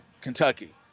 Kentucky